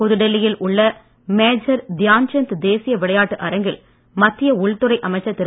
புதுடெல்லியில் உள்ள மேஜர் தியான்சந்த் தேசிய விளையாட்டு அரங்கில் மத்திய உள்துறை அமைச்சர் திரு